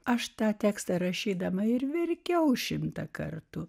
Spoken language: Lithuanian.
aš tą tekstą rašydama ir verkiau šimtą kartų